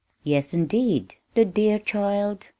yes, indeed the dear child!